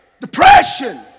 depression